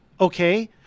Okay